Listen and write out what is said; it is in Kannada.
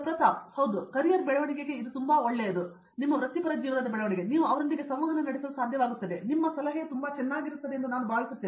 ಪ್ರತಾಪ್ ಹರಿದಾಸ್ ಕ್ಯಾರಿಯರ್ ಬೆಳವಣಿಗೆಗೆ ಇದು ತುಂಬಾ ಒಳ್ಳೆಯದು ನೀವು ಅವರೊಂದಿಗೆ ಸಂವಹನ ನಡೆಸಲು ಸಾಧ್ಯವಾಗುತ್ತದೆ ಮತ್ತು ನಿಮ್ಮ ಸಲಹೆಯು ತುಂಬಾ ಚೆನ್ನಾಗಿರುತ್ತದೆ ಎಂದು ನಾನು ಭಾವಿಸುತ್ತೇನೆ